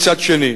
מצד שני.